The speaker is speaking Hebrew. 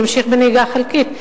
ימשיך בנהיגה חלקית,